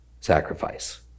sacrifice